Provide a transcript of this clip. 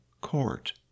court